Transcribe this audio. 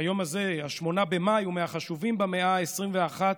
8 במאי, הוא מהחשובים במאה ה-21,